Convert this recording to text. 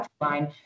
line